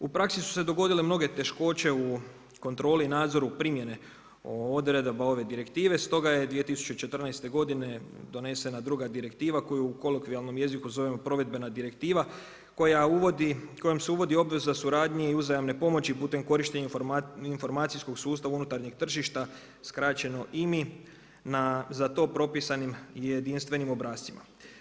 U praksi su se dogodile mnoge teškoće u kontroli i nadzoru primjene o odredbu ove direktivne, stoga je 2014.g donesena druga direktiva koju u kolokvijalnom jeziku zovemo provedbena direktiva, kojom se uvodi obveza suradnji i uzajamne pomoći putem korištenja informacijskog sustava unutarnjeg tržišta, skraćeno IMI, na za to propisanim i jedinstvenim obrascima.